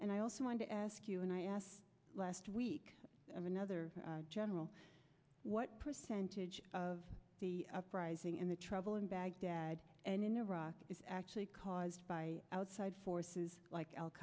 and i also want to ask you and i asked last week of another general what percentage of the uprising in the trouble in baghdad and in iraq is actually caused by outside forces like al